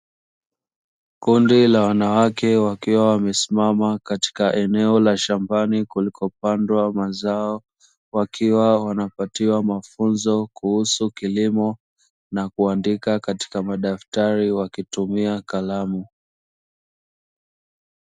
Kundi la wanawake wakiwa wamesimama katika eneo la shambani kulikopandwa mazao wakiwa wanapatiwa mafunzo kuhusu kilimo na kuandika katika madaftari wakitumia kalamu.